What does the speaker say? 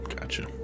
Gotcha